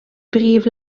brief